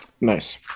Nice